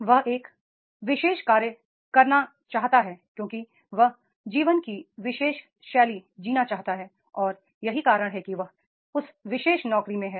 वह एक विशेष कार्य करना चाहता है क्योंकि वह जीवन की विशेष शैली जीना चाहता है और यही कारण है कि वह उस विशेष नौकरी में है